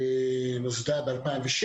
היא נוסדה ב-2006,